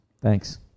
Thanks